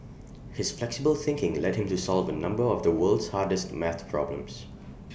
his flexible thinking led him to solve A number of the world's hardest math problems